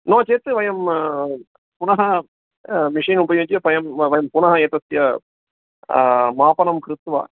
नो चेत् वयं पुनः मिशीन् उपयुज्य वयं वयं पुनः एतस्य मापनं कृत्वा